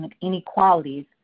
inequalities